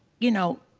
you know,